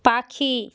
পাখি